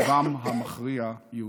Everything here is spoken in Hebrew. רובם המכריע יהודים.